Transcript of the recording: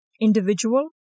individual